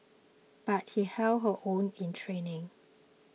but she held her own in training